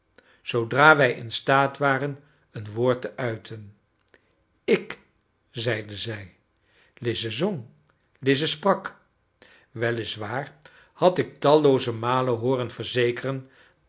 zoodra wij instaat waren een woord te uiten ik zeide zij lize zong lize sprak wel is waar had ik tallooze malen hooren verzekeren